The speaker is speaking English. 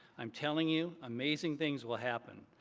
i'm telling you, amazing things will happen.